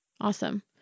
Awesome